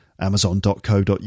Amazon.co.uk